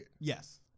Yes